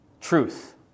truth